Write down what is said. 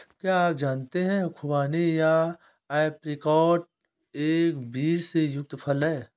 क्या आप जानते है खुबानी या ऐप्रिकॉट एक बीज से युक्त फल है?